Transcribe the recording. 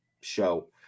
show